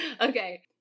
Okay